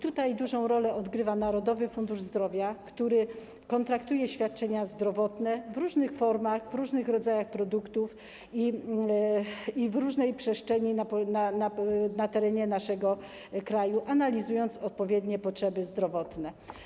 Tutaj dużą rolę odgrywa Narodowy Fundusz Zdrowia, który kontraktuje świadczenia zdrowotne w różnych formach, w różnych rodzajach produktów i w różnej przestrzeni na terenie naszego kraju, analizując odpowiednie potrzeby zdrowotne.